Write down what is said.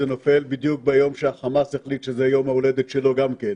זה נופל בדיוק ביום שהחמאס החליט שזה יום ההולדת שלו גם כן.